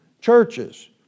churches